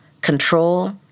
control